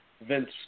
Vince